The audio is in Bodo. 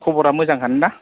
खबरा मोजाङानोना